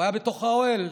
הוא היה בתוך האוהל,